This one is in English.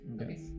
Okay